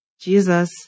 Jesus